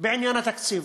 בעניין התקציב,